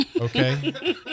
Okay